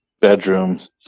bedroom